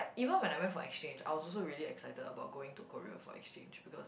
even when I went for exchange I was also really excited about going to Korea for exchange